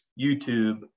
YouTube